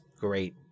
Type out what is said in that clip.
great